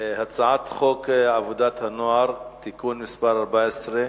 הצעת חוק עבודת הנוער (תיקון מס' 14)